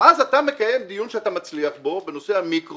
ואז אתה מקיים דיון שאתה מצליח בו בנושא המיקרו,